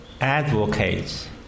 advocates